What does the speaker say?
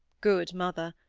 good mother!